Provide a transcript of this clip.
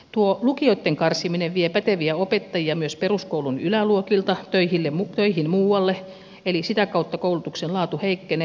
tuo lukioitten karsiminen vie päteviä opettajia myös peruskoulun yläluokilta töihin muualle eli sitä kautta koulutuksen laatu heikkenee